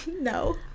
no